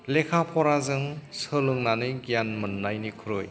लेखा फराजों सोलोंनानै गियान मोननायनिख्रुय